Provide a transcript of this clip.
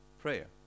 prayer